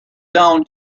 down